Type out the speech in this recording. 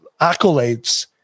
accolades